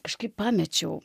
kažkaip pamečiau